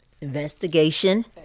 investigation